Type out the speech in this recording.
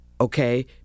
okay